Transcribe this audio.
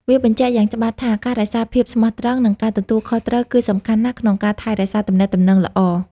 វាបញ្ជាក់យ៉ាងច្បាស់ថា ការរក្សាភាពស្មោះត្រង់ និងការទទួលខុសត្រូវ គឺសំខាន់ណាស់ក្នុងការថែរក្សាទំនាក់ទំនងល្អ។